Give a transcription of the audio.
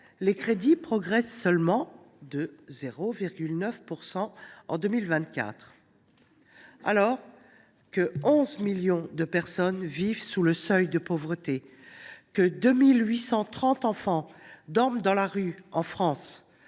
les crédits progressent seulement de 0,9 % en 2024, alors que 11 millions de personnes vivent sous le seuil de pauvreté et que 2 830 enfants dorment dans la rue en France,